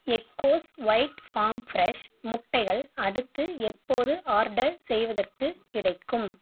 Eggoz white farm fresh முட்டைகள் அடுத்து எப்போது ஆர்டர் செய்வதற்கு கிடைக்கும்